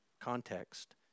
context